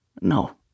No